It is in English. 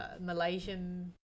Malaysian